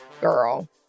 girl